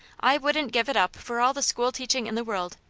i wouldn't give it up for all the school-teaching in the world.